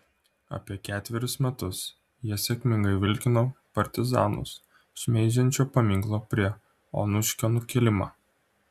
apie ketverius metus jie sėkmingai vilkino partizanus šmeižiančio paminklo prie onuškio nukėlimą